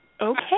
Okay